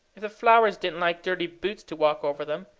if the flowers didn't like dirty boots to walk over them,